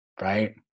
right